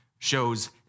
shows